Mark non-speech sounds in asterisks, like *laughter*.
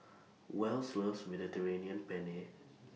Wells loves Mediterranean Penne *noise*